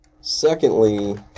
secondly